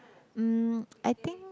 mm I think